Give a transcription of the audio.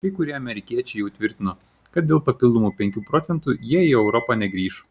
kai kurie amerikiečiai jau tvirtino kad dėl papildomų penkių procentų jie į europą negrįš